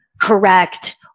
correct